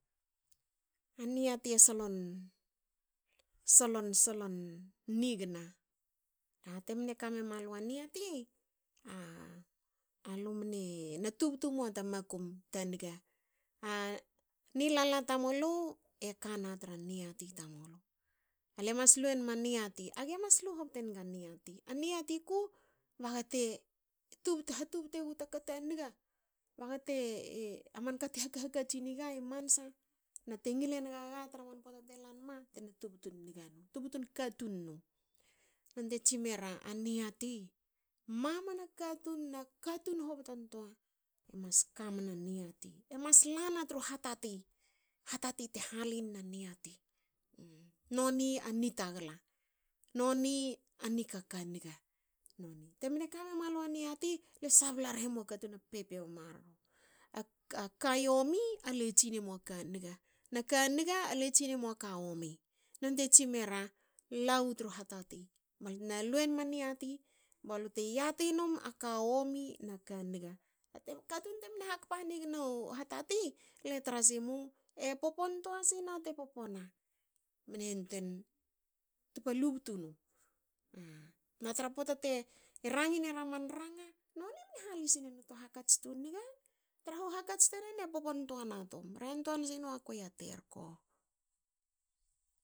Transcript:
A niati e solon. solon. e solon nigna. A te mne kamemalu a niati. alu mne na tubtu mua ta makum a niga. A nilala tamulu. e kana tra niati tamulu. Alu e mas lu enma niati. age mas lu hobte nga niati. A niati ku bagate tubtu. hatubtu egu taka ta niga. Bagate hakhakatsin enga i mansa na te ngil enga ga tra poata te lam ma tena tubtun nga nu, tubtun katun nu. Non te tsin mera. a niati. mamana katun na katun hobtontua mas ka mna niati. E mas la na tru hatati. Hatati te halinna niati. Noni a nitagla. noni a nikaka nga. Te mne kame mualu a niati. le sabla rhe mua katun a pepiou i marro. a ka yomi. ale tsinemu a ka nga naka nga ale tsinemu a ka yomi. Nonte tsimera, lawu tru hatati balte na luen ma niati balute yati num a ka yomi na ka nga. Katun te mne hakpa haniga a hatati. le tra simu. e popontoa sne te popona. mne yantuein tupa lubtu nu. Na tra poata te rangin era man ranga. mne hali sinenu tu hakats tu niga traha u hakats taren e popotoana na tun. hre ntoa nu a kuei a terko.